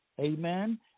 Amen